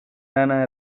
lana